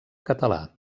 català